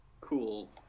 Cool